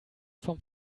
vom